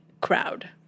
crowd